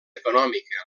econòmica